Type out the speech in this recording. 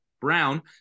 Brown